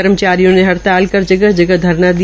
कर्मचारियों ने हड़ताल पर ंजगह जगह धरना दिया